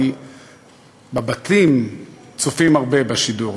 כי בבתים צופים הרבה בשידור.